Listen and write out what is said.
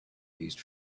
used